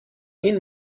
این